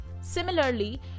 Similarly